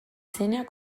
izena